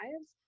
lives